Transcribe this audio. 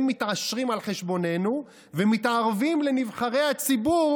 הם מתעשרים על חשבוננו ומתערבים לנבחרי הציבור